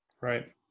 Right